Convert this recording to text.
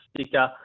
Sticker